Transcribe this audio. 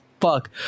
fuck